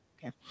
okay